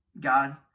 God